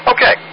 Okay